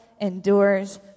endures